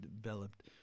developed